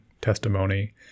testimony